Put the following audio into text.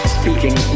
speaking